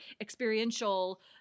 experiential